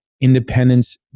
Independence